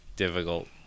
difficult